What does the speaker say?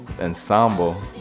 ensemble